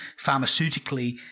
pharmaceutically